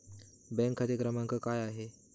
माझा खाते क्रमांक काय आहे?